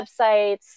websites